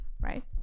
right